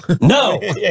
No